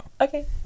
Okay